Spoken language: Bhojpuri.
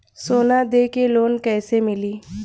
सोना दे के लोन कैसे मिली?